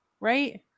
right